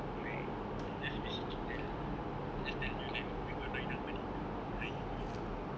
like they just basically tell they just tell you oh we got not enough money to hire you anymore